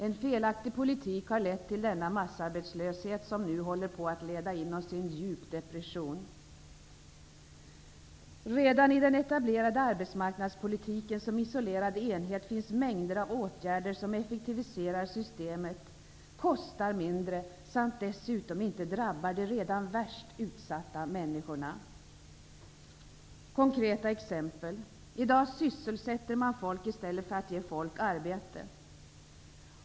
En felaktig politik har lett till denna massarbetslöshet som nu håller på att leda in oss i en djup depression. Redan i den etablerade arbetsmarknadspolitiken som isolerad enhet finns mängder av åtgärder som effektiviserar systemet, kostar mindre samt dessutom inte drabbar de redan värst utsatta människorna. Jag skall ge några konkreta exempel på detta. I dag sysselsätter man folk i stället för att ge folk arbete.